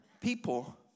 people